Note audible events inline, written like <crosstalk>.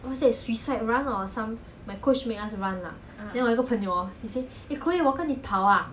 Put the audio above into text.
she really don't know 跑去哪里 sia then I just own self run then I never stop then maybe that's why <noise> my calves become so big